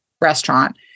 restaurant